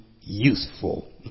useful